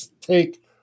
take